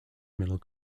middle